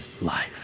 life